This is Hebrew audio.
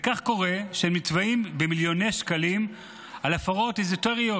וכך קורה שהם נתבעים במיליוני שקלים על הפרות אזוטריות,